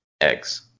eggs